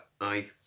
aye